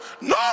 no